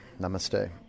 namaste